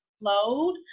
load